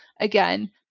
Again